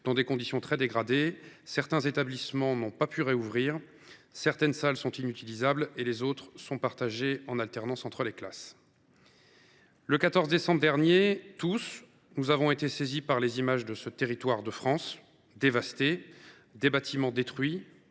dans des conditions très dégradées : certains établissements n’ont pas pu rouvrir ; dans d’autres, certaines salles sont inutilisables et les autres sont partagées en alternance entre les classes. Le 14 décembre dernier, nous avons tous été saisis en voyant les images de ce territoire de France dévasté : des bâtiments détruits,